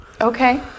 Okay